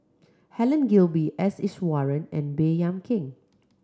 Helen Gilbey S Iswaran and Baey Yam Keng